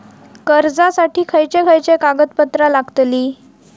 कर्जासाठी खयचे खयचे कागदपत्रा लागतली?